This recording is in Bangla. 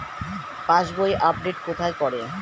পাসবই আপডেট কোথায় করে?